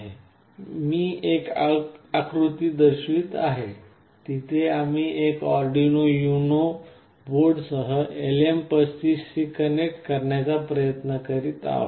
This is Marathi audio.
येथे मी एक आकृती दर्शवित आहे जिथे आम्ही एक आर्डिनो यूएनओ बोर्डासह LM35 शी कनेक्ट करण्याचा प्रयत्न करीत आहोत